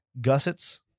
gussets